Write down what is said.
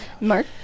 Mark